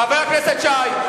חבר הכנסת שי.